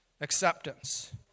Acceptance